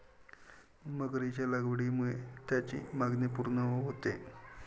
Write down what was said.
मगरीच्या लागवडीमुळे त्याची मागणी पूर्ण होते